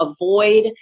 avoid